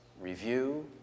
review